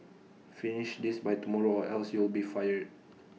finish this by tomorrow or else you'll be fired